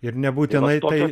ir nebūtinai tai